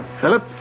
Philip